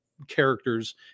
Characters